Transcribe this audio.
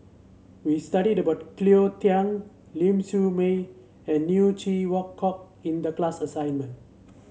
we studied about Cleo Thang Ling Siew May and Neo Chwee Kok in the class assignment